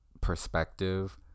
Perspective